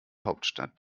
hauptstadt